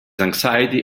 anxiety